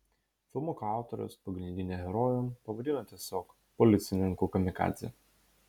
filmuko autorius pagrindinį herojų pavadino tiesiog policininku kamikadze